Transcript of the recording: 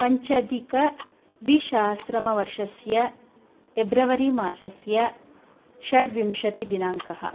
पञ्चाधिकद्विसहस्रवर्षस्य February मासस्य षड्विंशतिदिनाङ्क्